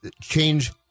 change